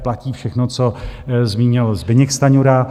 Platí všechno, co zmínil Zbyněk Stanjura.